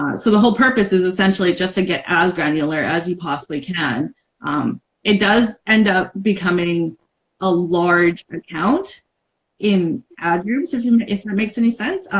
and so the whole purpose is essentially just to get as granular as you possibly can it does end up becoming a large account in ad group so if um if it makes any sense,